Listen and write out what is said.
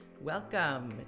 welcome